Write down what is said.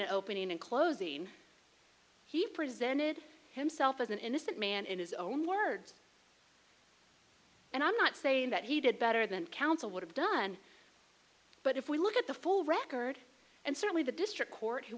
opening and closing he presented himself as an innocent man in his own words and i'm not saying that he did better than counsel would have done but if we look at the full record and certainly the district court who